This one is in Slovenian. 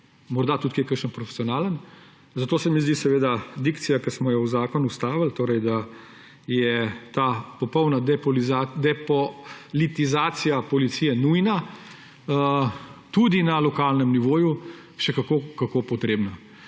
morda je tudi kje kakšen profesionalen. Zato se mi zdi dikcija, ki smo jo v zakon vstavili, da je ta popolna depolitizacija policije nujna tudi na lokalnem nivoju, še kako potrebna.